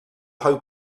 how